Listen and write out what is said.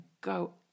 go